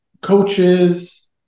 coaches